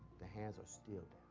the hands are still